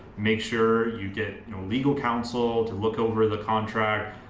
make sure you get your legal counsel to look over the contract.